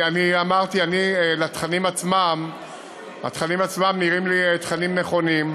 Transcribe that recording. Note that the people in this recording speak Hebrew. אמרתי: התכנים עצמם נראים לי תכנים נכונים.